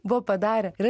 buvo padarę ir